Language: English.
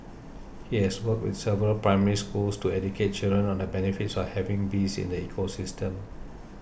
he has worked with several Primary Schools to educate children on the benefits of having bees in the ecosystem